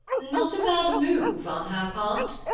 not a bad move on her part,